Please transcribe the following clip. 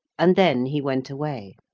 and then he went away.